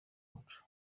umuco